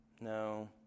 No